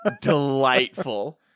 delightful